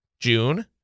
June